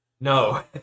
No